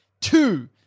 two